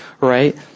right